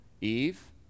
Eve